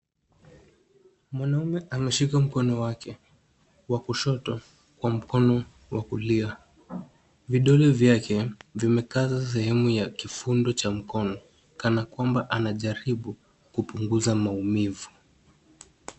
Mwanaume ameshika mkono wake wa kushoto kwa mkono wa kulia. Vidole vyake vimekaza sehemu ya kifundo cha mkono kana kwamba anajaribu kupunguza maumivu.